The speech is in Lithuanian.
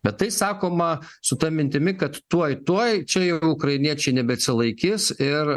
bet tai sakoma su ta mintimi kad tuoj tuoj čia jau ir ukrainiečiai nebeatsilaikys ir